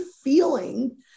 feeling